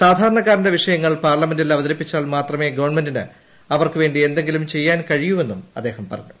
സാധാര്യങ്ക്കാരന്റെ വിഷയങ്ങൾ പാർലമെന്റിൽ അവതരിപ്പിച്ചാൽ മാത്രമേ ഗവൺമെന്റിന് അവർക്കുവേണ്ടി എന്തെങ്കിലും ചെയ്യാൻ കഴിയൂവെന്നും അദ്ദേഹം പറഞ്ഞു